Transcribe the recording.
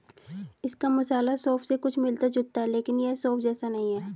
इसका मसाला सौंफ से कुछ मिलता जुलता है लेकिन यह सौंफ जैसा नहीं है